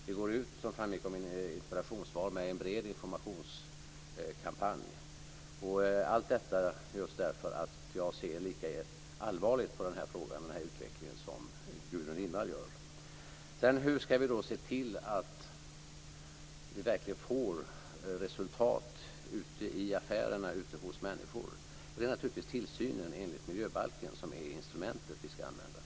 Som framgick av mitt interpellationssvar går vi ut med en bred informationskampanj; allt detta just därför att jag ser lika allvarligt på frågan och på utvecklingen som Gudrun Hur ska vi då se till att vi verkligen får resultat ute i affärerna och ute bland människor? Det är naturligtvis tillsynen enligt miljöbalken som är det instrument som vi ska använda.